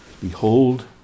Behold